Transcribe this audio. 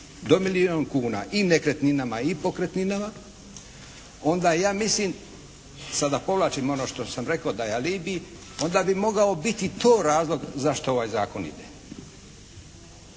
do milijun kuna i nekretninama i pokretninama, onda ja mislim sada povlačim ono što sam rekao da je alibi onda bi mogao biti to razlog zašto ovaj zakon ide.